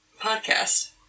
podcast